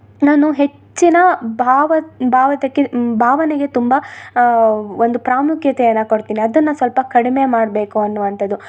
ನಾನು ಹೆಚ್ಚಿನ ಭಾವ ಭಾವತಕ್ಕೆ ಭಾವನೆಗೆ ತುಂಬ ಒಂದು ಪ್ರಾಮುಖ್ಯತೆಯನ್ನ ಕೊಡ್ತಿನಿ ಅದನ್ನು ಸ್ವಲ್ಪ ಕಡಿಮೆ ಮಾಡ್ಬೇಕು ಅನ್ನುವಂಥದು